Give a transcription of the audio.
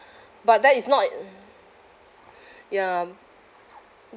but that is not ya